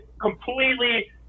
completely